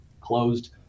closed